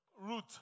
route